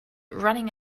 running